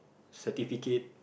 certificate